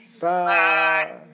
Bye